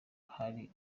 hari